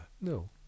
No